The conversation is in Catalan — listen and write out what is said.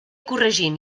corregint